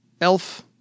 elf